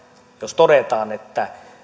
jos todetaan että